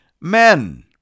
men